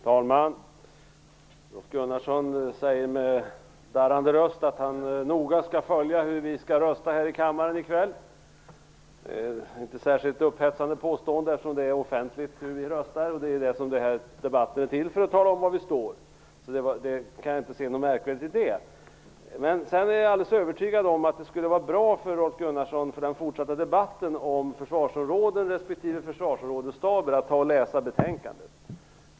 Herr talman! Rolf Gunnarsson säger med darrande röst att han noga skall följa hur vi röstar här i kammaren i kväll. Det är inte ett särskilt upphetsande påstående, eftersom det är offentligt hur vi röstar. Den här debatten är till för att vi skall tala om var vi står. Det är alltså inte något märkligt i det. Jag är helt övertygad om att det skulle vara bra för den fortsatta debatten om försvarsområden respektive försvarsområdesstaber om Rolf Gunnarsson läste betänkandet.